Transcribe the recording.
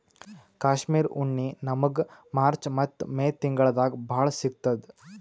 ಕಾಶ್ಮೀರ್ ಉಣ್ಣಿ ನಮ್ಮಗ್ ಮಾರ್ಚ್ ಮತ್ತ್ ಮೇ ತಿಂಗಳ್ದಾಗ್ ಭಾಳ್ ಸಿಗತ್ತದ್